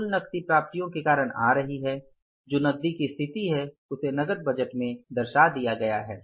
कुल नकदी प्राप्तियों के कारण आ रही है जो नकदी की स्थिति है उसे नकद बजट में दर्शा दिया गया है